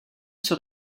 zur